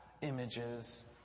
images